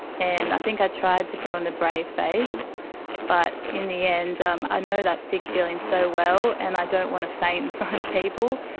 and i think i tried to put on a brave face but in the end um i know that sick feeling so well and i don't want to faint in front of people,